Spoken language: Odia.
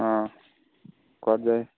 ହଁ କରିଦିଏ